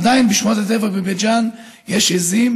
עדיין בשמורת הטבע בבית ג'ן יש עיזים